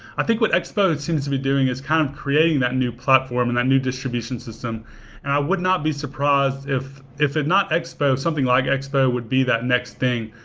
i think what expo seems to be doing is kind of creating that new platform and that new distribution system, and i would not be surprised if if not expo, something like expo, would be that next thing,